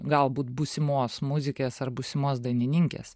galbūt būsimos muzikės ar būsimos dainininkės